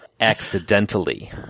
Accidentally